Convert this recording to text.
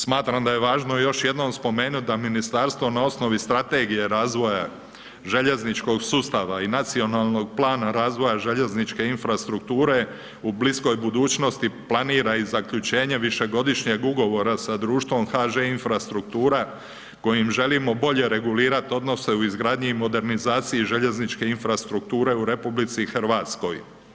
Smatram da je važno još jednom spomenut da Ministarstvo na osnovi Strategije razvoja željezničkog sustava i Nacionalnog plana razvoja željezničke infrastrukture u bliskoj budućnosti planira i zaključenje višegodišnjeg ugovora sa društvom HŽ infrastruktura, kojim želimo bolje regulirat odnose u izgradnji i modernizaciji željezničke infrastrukture u Republici Hrvatskoj.